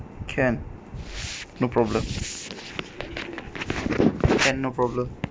can no problem can no problem